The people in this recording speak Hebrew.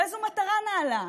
בשביל איזו מטרה נעלה?